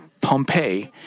Pompeii